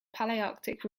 palearctic